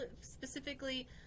specifically